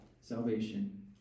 Salvation